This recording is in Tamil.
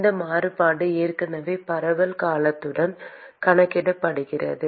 அந்த மாறுபாடு ஏற்கனவே பரவல் காலத்துடன் கணக்கிடப்பட்டுள்ளது